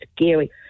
scary